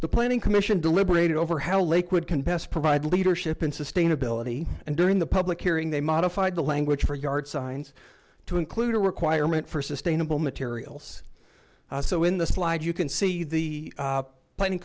the planning commission deliberated over how lakewood can best provide leadership in sustainability and during the public hearing they modified the language for yard signs to include a requirement for sustainable materials so in the slide you can see the planning